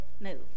move